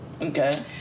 Okay